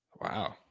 Wow